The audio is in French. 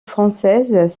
françaises